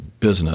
business